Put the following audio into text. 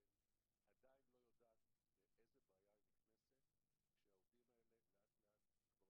עדיין לא יודעת לאיזו בעיה היא נכנסת כשהעובדים האלה לאט-לאט כבר